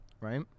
Right